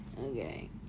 Okay